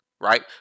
Right